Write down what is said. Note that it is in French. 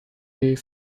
les